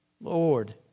Lord